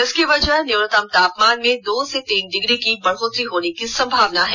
इसकी वजह न्यूनतम तापमान में दो से तीन डिग्री की बढ़ोतरी होने की संभावना है